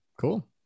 cool